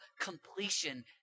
completion